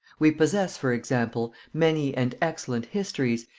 we possess, for example, many and excellent histories,